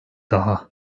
daha